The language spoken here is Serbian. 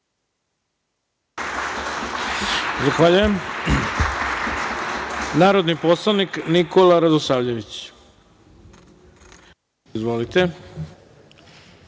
Zahvaljujem. Narodni poslanik Nikola Radosavljević. Izvolite.